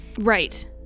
right